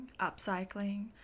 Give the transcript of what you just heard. upcycling